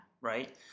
Right